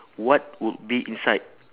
what would be inside